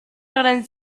grans